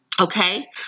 Okay